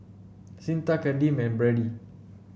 Cyntha Kadeem and Brady